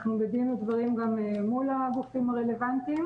אנחנו בדין ודברים גם אל מול הגופים הרלוונטיים